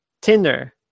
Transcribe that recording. Tinder